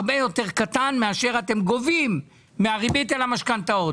הרבה יותר קטן מאשר אתם גובים מהריבית על המשכנתאות?